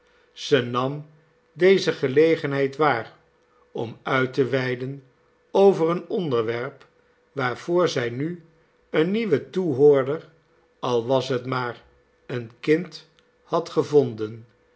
zij nam deze gelegenheid waar om uit te weiden over een onderwerp waarvoor zij nu een nieuwen toehoorder al was het maar een kind had gevonden